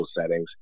settings